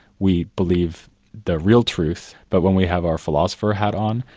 we believe the real truth but when we have our philosopher hat on,